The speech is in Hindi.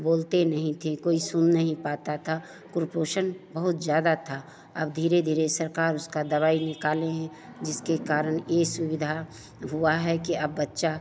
तो बोलते नहीं थे कोई सुन नहीं पाता था कुपोषण बहुत ज़्यादा था अब धीरे धीरे सरकार उसकी दवाई निकाली है जिसके कारण यह सुविधा हुई है कि अब बच्चा